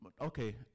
okay